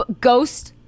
ghost